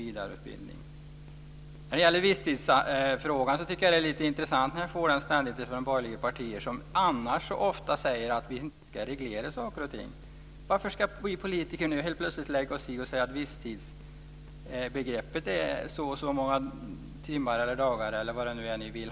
Jag tycker att det är lite intressant att jag ständigt får frågan om visstidsbegreppet från borgerliga partier som annars så ofta säger att vi ska reglera saker och ting. Varför ska vi politiker nu helt plötsligt lägga oss i och säga att visstidsbegrepp innebär så och så många timmar eller dagar?